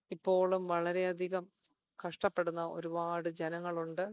ഇപ്പോളും വളരെയധികം കഷ്ടപ്പെടുന്ന ഒരുപാട് ജനങ്ങളുണ്ട്